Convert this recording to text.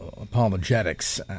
apologetics